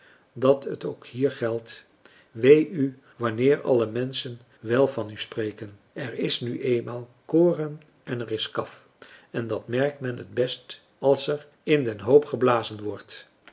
dat het ook hier geldt wee u wanneer alle menschen wel van u sprefrançois haverschmidt familie en kennissen ken er is nu eenmaal koren en er is kaf en dat merkt men het best als er in den hoop geblazen wordt